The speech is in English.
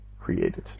created